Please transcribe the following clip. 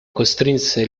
costrinse